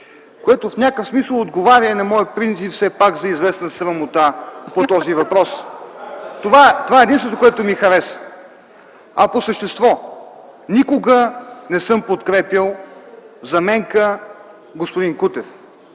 То в някакъв смисъл отговаря на моя принцип все пак за известен срам по този въпрос. Това е единственото, което ми хареса. А по същество – никога не съм подкрепял заменка, господин Кутев,